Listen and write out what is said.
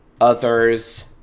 others